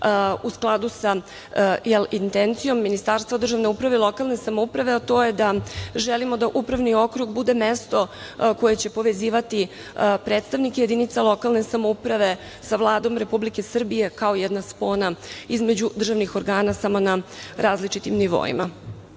u skladu sa intencijom Ministarstva državne uprave i lokalne samouprave, a to je da želimo da upravni okrug bude mesto koje će povezivati predstavnike jedinica lokalne samouprave sa Vladom Republike Srbije kao jedna spona između državnih organa, samo na različitim nivoima.U